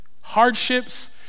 hardships